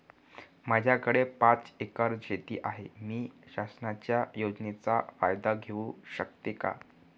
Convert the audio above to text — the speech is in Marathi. माझ्याकडे पाच एकर शेती आहे, मी शासनाच्या योजनेचा फायदा घेऊ शकते का?